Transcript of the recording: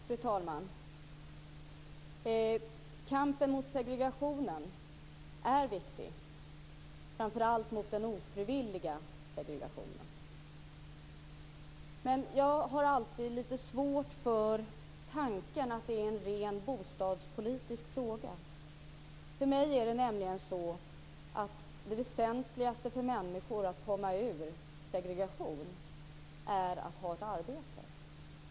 Fru talman! Kampen mot segregationen är viktig, framför allt mot den ofrivilliga segregationen. Men jag har alltid lite svårt för tanken att det är en ren bostadspolitisk fråga. För mig är det nämligen så att det väsentligaste för människor att komma ur segregation är att ha ett arbete.